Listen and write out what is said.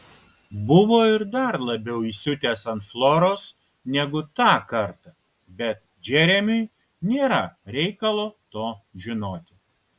buvo ir dar labiau įsiutęs ant floros negu tą kartą bet džeremiui nėra reikalo to žinoti